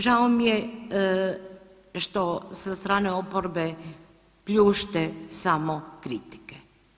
Žao mi je što sa strane oporbe pljušte samo kritike.